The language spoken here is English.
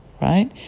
right